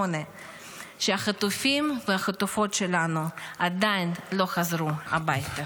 שהחטופים והחטופות שלנו עדיין לא חזרו הביתה.